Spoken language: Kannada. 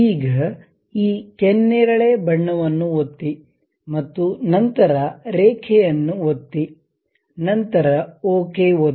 ಈಗ ಈ ಕೆನ್ನೇರಳೆ ಬಣ್ಣವನ್ನು ಒತ್ತಿ ಮತ್ತು ನಂತರ ರೇಖೆಯನ್ನು ಒತ್ತಿ ನಂತರ ಓಕೆ ಒತ್ತಿ